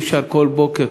אי-אפשר כל בוקר,